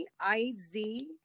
I-Z